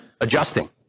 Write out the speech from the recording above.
adjusting